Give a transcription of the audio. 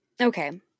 Okay